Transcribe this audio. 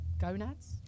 gonads